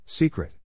Secret